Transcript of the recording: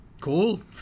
cool